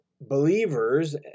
believers